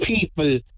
people